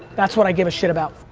that's what i give a shit about.